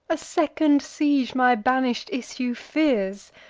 a second siege my banish'd issue fears,